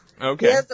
Okay